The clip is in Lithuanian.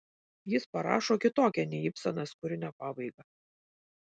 jis parašo kitokią nei ibsenas kūrinio pabaigą